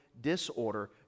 disorder